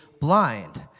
blind